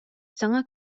саҥа